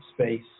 space